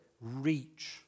reach